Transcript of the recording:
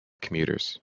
commuters